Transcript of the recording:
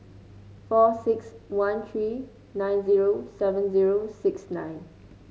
four six one three nine zero seven zero six nine